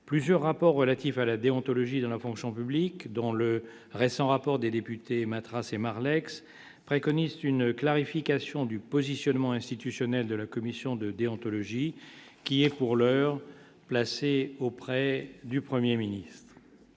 plusieurs rapports relatifs à la déontologie dans la fonction publique dans le récent rapport des députés Matra ses Marlex préconise une clarification du positionnement institutionnel de la commission de déontologie qui est pour l'heure, placé auprès du 1er ministre